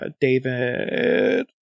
David